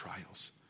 trials